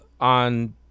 on